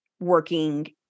working